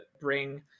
bring